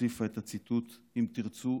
והוסיפה את הציטוט: אם תרצו,